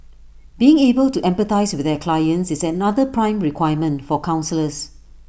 being able to empathise with their clients is another prime requirement for counsellors